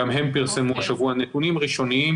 גם הם פרסמו השבוע נתונים ראשוניים.